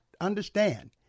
understand